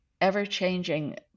ever-changing